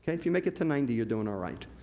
if you make it to ninety, you're doing alright.